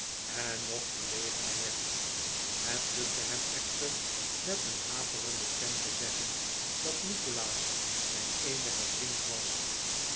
en nog verlegener werd het lukte hem echter met een haperende stem te zeggen dat nikolaas zijn eenige vriend was